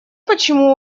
почему